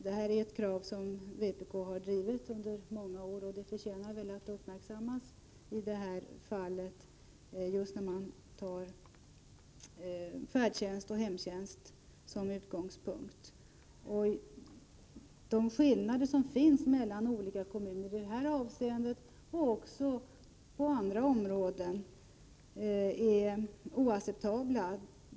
Det här är ett krav som vpk har drivit under många år, och det förtjänar att uppmärksammas när man nu tar färdtjänst och hemtjänst som utgångspunkt. De skillnader som finns mellan olika kommuner i detta avseende liksom på andra områden är oacceptabla.